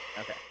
okay